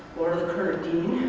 or the current dean.